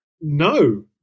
No